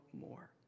more